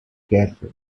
careful